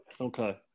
Okay